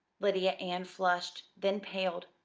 lydia ann flushed, then paled.